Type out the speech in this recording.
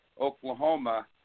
Oklahoma